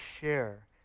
share